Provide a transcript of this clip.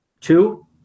Two